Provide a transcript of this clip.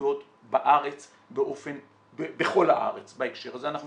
בהתמכרויות בכל הארץ, בהקשר הזה.